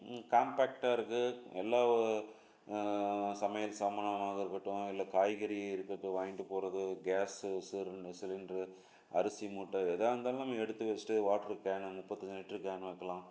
காம்பேக்ட்டாக இருக்குது எல்லா ஒ சமையல் சாமானாக இருக்கட்டும் இல்லை காய்கறி இருக்கிறது வாங்கிட்டுப் போகிறது கேஸு சிலிண் சிலிண்ட்ரு அரிசி மூட்டை எதாது இருந்தாலும் நம்ம எடுத்து வச்சிட்டு வாட்ரு கேனு முப்பத்தஞ்சு லிட்ரு கேன் வைக்கலாம்